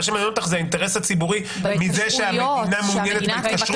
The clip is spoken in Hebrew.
מה שמעניין אותך זה האינטרס הציבורי מזה שהמדינה מעוניינת בהתקשרות.